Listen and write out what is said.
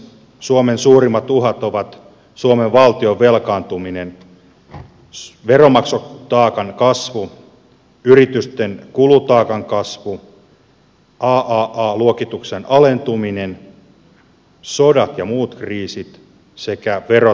suomen suurimmat uhat ovat suomen valtion velkaantuminen veronmaksutaakan kasvu yritysten kulutaakan kasvu aaa luokituksen alentuminen sodat ja muut kriisit sekä verotaakan kasvu